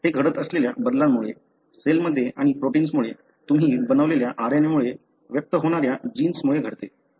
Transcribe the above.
हे घडत असलेल्या बदलामुळे सेलमध्ये आणि प्रोटिन्समुळे तुम्ही बनवलेल्या RNA मुळे व्यक्त होणाऱ्या जीन्समुळे घडते